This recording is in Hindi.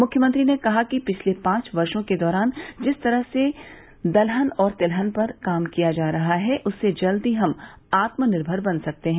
मुख्यमंत्री ने कहा कि पिछले पांच वर्षो के दौरान जिस तरह से दलहन और तिलहन पर काम किया जा रहा है उससे जल्द ही हम आत्मनिर्भर बन सकते हैं